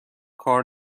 کار